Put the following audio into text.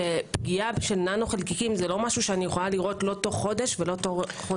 פגיעה של ננו חלקיקים זה לא משהו שיכולה לראות תוך חודש או חודשיים.